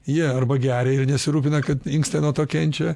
jie arba geria ir nesirūpina kad inkstai nuo to kenčia